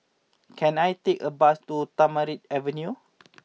can I take a bus to Tamarind Avenue